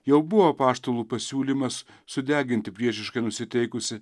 jau buvo apaštalų pasiūlymas sudeginti priešiškai nusiteikusį